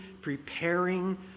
preparing